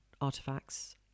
artifacts